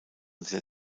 sehr